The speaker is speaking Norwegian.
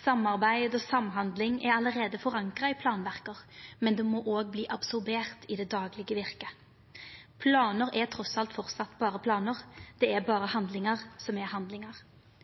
Samarbeid og samhandling er allereie forankra i planverk, men det må òg verta absorbert i det daglege virket. Planar er trass i alt framleis berre planar. Det er berre handlingar som er handlingar.